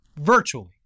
virtually